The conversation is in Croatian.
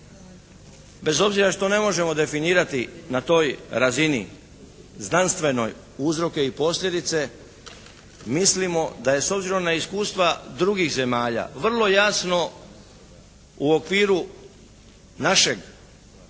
bez obzira što ne možemo definirati na toj razini znanstvenoj uzroke i posljedice, mislimo da je s obzirom na iskustva drugih zemalja vrlo jasno u okviru našeg